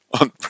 on